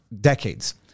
decades